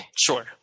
Sure